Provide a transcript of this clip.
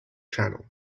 channel